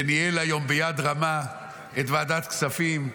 שניהל היום ביד רמה את ועדת כספים.